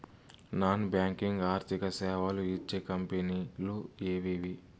Non banking ఆర్థిక సేవలు ఇచ్చే కంపెని లు ఎవేవి?